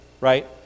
right